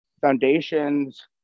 foundations